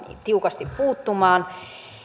tiukasti puuttumaan